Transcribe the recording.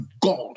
God